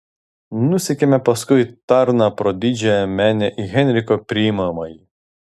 nusekėme paskui tarną pro didžiąją menę į henriko priimamąjį